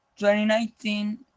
2019